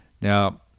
Now